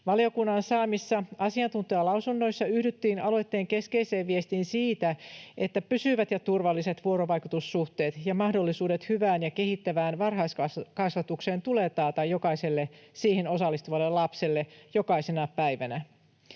Valiokunnan saamissa asiantuntijalausunnoissa yhdyttiin aloitteen keskeiseen viestiin siitä, että pysyvät ja turvalliset vuorovaikutussuhteet ja mahdollisuudet hyvään ja kehittävään varhaiskasvatukseen tulee taata jokaiselle siihen osallistuvalle lapselle jokaisena päivänä.